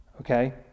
Okay